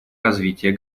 развития